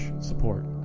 support